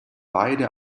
beide